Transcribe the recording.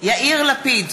יאיר לפיד,